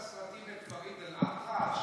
פריד אל-אטרש.